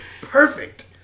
perfect